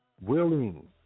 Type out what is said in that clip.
Willing